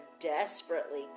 desperately